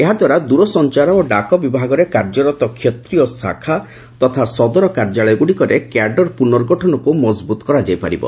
ଏହାଦ୍ୱାରା ଦୂରସଂଚାର ଓ ଡାକ ବିଭାଗରେ କାର୍ଯ୍ୟରତ କ୍ଷେତ୍ରୀୟ ଶାଖା ତଥା ସଦର କାର୍ଯ୍ୟାଳୟଗୁଡ଼ିକରେ କ୍ୟାଡର ପୁନର୍ଗଠନକୁ ମଜବୁତ କରାଯାଇ ପାରିବ